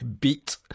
beat